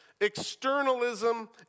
Externalism